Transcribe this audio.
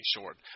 short